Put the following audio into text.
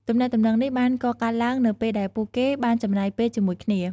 ទំនាក់ទំនងនេះបានកកើតឡើងនៅពេលដែលពួកគេបានចំណាយពេលជាមួយគ្នា។